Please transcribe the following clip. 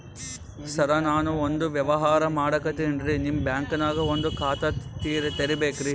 ಸರ ನಾನು ಒಂದು ವ್ಯವಹಾರ ಮಾಡಕತಿನ್ರಿ, ನಿಮ್ ಬ್ಯಾಂಕನಗ ಒಂದು ಖಾತ ತೆರಿಬೇಕ್ರಿ?